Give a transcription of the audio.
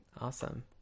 Awesome